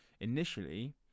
initially